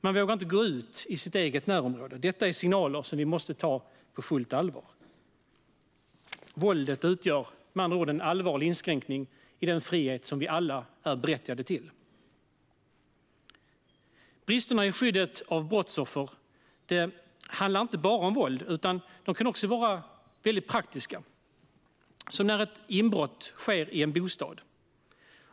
Man vågar inte gå ut i sitt eget närområde. Detta är signaler som vi måste ta på fullt allvar. Våldet utgör med andra ord en allvarlig inskränkning av den frihet som vi alla är berättigade till. Bristerna i skyddet av brottsoffer handlar inte bara om våld. Det kan också handla om mycket praktiska saker, som när ett inbrott sker i en bostad.